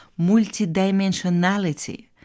multidimensionality